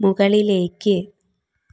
മുകളിലേക്ക്